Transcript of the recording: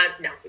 no